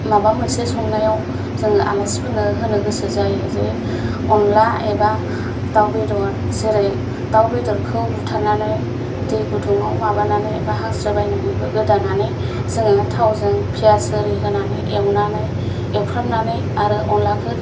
माबा मोनसे संनायाव जोङो आलासिफोरनो होनो गोसो जायो जे अनला एबा दाव बेदर जेरै दाव बेदरखौ बुथारनानै दै गुदुंआव माबानानै बा हांस्रो बायनानैबो गोदानानै जोङो थावजों फियास आरि एवनानै एवफ्रामनानै आरो अनलाखौ